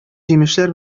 җимешләр